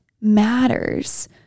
matters